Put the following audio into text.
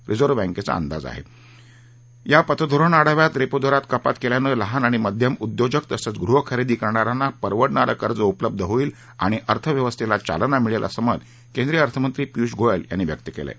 reserve बँकेनं जाहीर केलेल्या पतधोरण आढाव्यात रेपो दरात कपात केल्यानं लहान आणि मध्यम उद्योजक तसंच गृहखरेदी करणाऱ्यांना परवडणारं कर्ज उपलब्ध होईल आणि एकंदर अर्थव्यवस्थेला चालना मिळेल असं मत केंद्रीय अर्थमंत्री पियुष गोयल यांनी व्यक्त केलं आहे